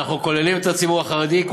אנחנו כוללים את הציבור החרדי,